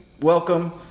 Welcome